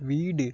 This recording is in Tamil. வீடு